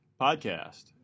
podcast